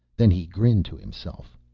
then he grinned to himself.